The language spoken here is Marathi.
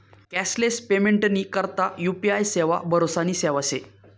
कॅशलेस पेमेंटनी करता यु.पी.आय सेवा भरोसानी सेवा शे